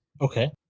Okay